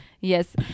Yes